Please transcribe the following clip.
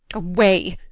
away,